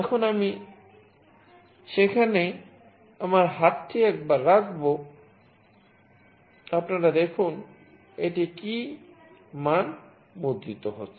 এখন আমি সেখানে আমার হাতটি একবার রাখব আপনারা দেখুন এটি কী মান মুদ্রিত হচ্ছে